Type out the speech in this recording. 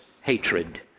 hatred